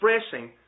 expressing